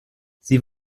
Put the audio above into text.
sie